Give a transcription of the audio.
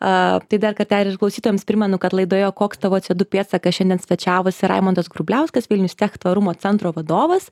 aaa tai dar kartelį ir klausytojams primenu kad laidoje koks tavo cė du pėdsakas šiandien svečiavosi raimundas grubliauskas vilnius tech tvarumo centro vadovas